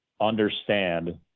understand